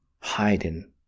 hiding